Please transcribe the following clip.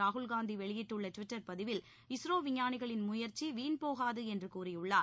ராகுல் காந்தி வெளியிட்டுள்ள ட்விட்டர் பதிவில் இஸ்ரோ விஞ்ஞானிகளின் முயற்சி வீண்போகாது என்று கூறியுள்ளார்